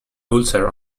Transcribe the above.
ulcer